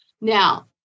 Now